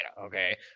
okay